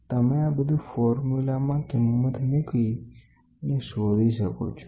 તમે આ બધું ફોર્મ્યુલામાં કિંમત મૂકીને શોધી શકો છો